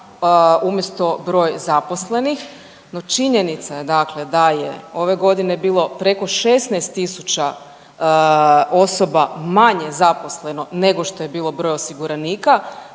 umjesto broj zaposlenih, no činjenica je dakle da je ove godine bilo preko 16.000 osoba manje zaposleno nego što je bio broj osiguranika,